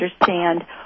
understand